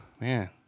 Man